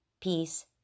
peace